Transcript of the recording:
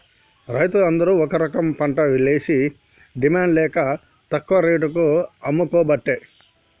రైతులు అందరు ఒక రకంపంటలేషి డిమాండ్ లేక తక్కువ రేటుకు అమ్ముకోబట్టే